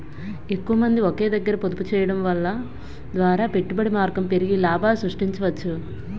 ఎక్కువమంది ఒకే దగ్గర పొదుపు చేయడం ద్వారా పెట్టుబడి మార్గం పెరిగి లాభాలు సృష్టించవచ్చు